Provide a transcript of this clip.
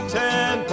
ten